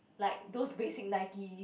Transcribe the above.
like those basic Nike